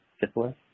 syphilis